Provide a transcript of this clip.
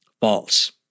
false